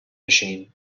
machine